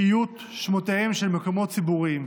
איות שמותיהם של מקומות ציבוריים.